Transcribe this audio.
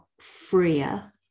freer